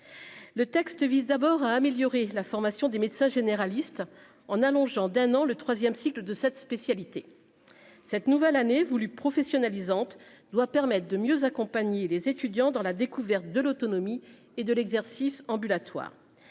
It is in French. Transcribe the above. Le texte vise d'abord à améliorer la formation des médecins généralistes en allongeant d'un an, le troisième cycle de cette spécialité, cette nouvelle année voulu professionnalisante doit permettre de mieux accompagner les étudiants dans la découverte de l'autonomie et de l'exercice ambulatoire